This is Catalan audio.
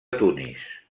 tunis